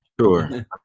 sure